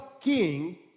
king